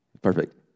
Perfect